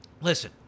listen